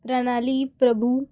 Pranali Prabhu